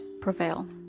prevail